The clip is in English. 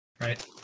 right